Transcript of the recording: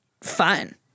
fun